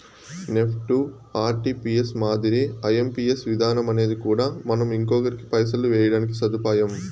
NEFT, RTGS మాదిరే IMPS విధానమనేది కూడా మనం ఇంకొకరికి పైసలు వేయడానికి సదుపాయం